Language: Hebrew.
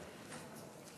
נו,